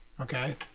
Okay